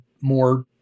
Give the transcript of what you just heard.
more